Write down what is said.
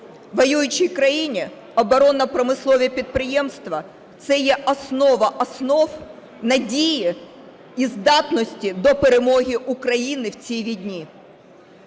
воюючій країні оборонно-промислові підприємства – це є основа основ надії і здатності до перемоги України в цій війні.